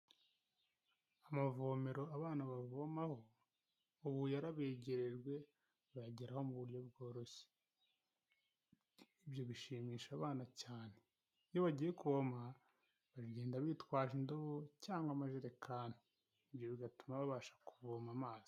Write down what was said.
Amavomero abana bavomaho, ubu yarabegerejwe bayageraho mu buryo bworoshye, ibyo bishimisha abana cyane. Iyo bagiye kuvoma bagenda bitwaje indobo cyagwa amajerekani, ibyo bigatuma babasha kuvoma amazi.